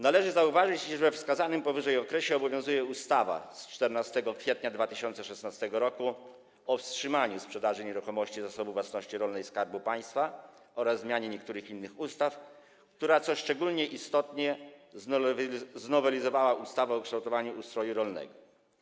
Należy zauważyć, iż we wskazanym powyżej okresie obowiązuje ustawa z 14 kwietnia 2016 r. o wstrzymaniu sprzedaży nieruchomości Zasobu Własności Rolnej Skarbu Państwa oraz zmianie niektórych innych ustaw, która, co szczególnie istotne, znowelizowała ustawę o kształtowaniu ustroju rolnego.